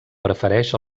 prefereix